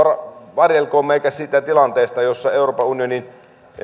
varjeltakoon meitä siitä tilanteesta jossa euroopan unioni